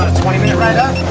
twenty minute ride up.